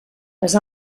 les